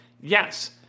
Yes